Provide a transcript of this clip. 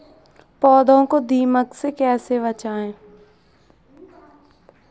पौधों को दीमक से कैसे बचाया जाय?